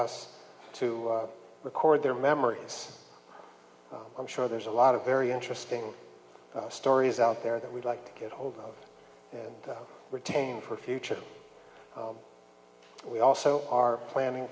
us to record their memories i'm sure there's a lot of very interesting stories out there that we'd like to get hold of and retain for future we also are planning